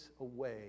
away